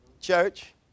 Church